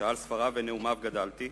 שעל ספריו ונאומיו גדלתי,